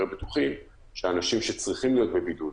בטוחים שאנשים שצריכים להיות בבידוד,